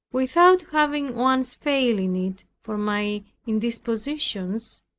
without having once failed in it for my indispositions,